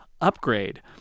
upgrade